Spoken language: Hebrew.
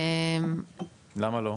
למה לא?